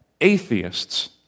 atheists